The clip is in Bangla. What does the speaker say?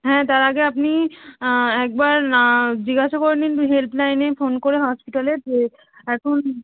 হ্যাঁ তার আগে আপনি একবার না জিজ্ঞাসা করে নিন হেল্পলাইনে ফোন করে হসপিটালের যে এখন